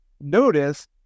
notice